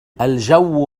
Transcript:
الجو